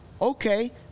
Okay